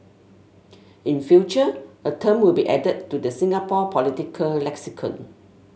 in future a term will be added to the Singapore political lexicon